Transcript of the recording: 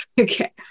okay